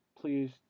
please